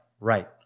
right